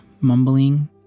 mumbling